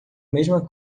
mesma